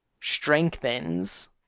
strengthens